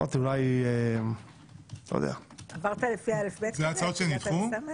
אלו ההצעות שנדחו?